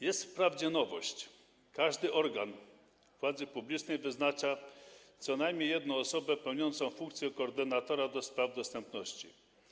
Jest wprawdzie nowość: każdy organ w układzie publicznym wyznacza co najmniej jedną osobę pełniącą funkcję koordynatora do spraw dostępności.